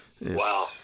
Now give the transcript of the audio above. wow